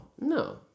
No